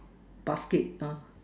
basket ah